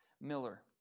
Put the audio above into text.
Miller